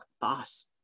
boss